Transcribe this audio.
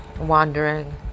wandering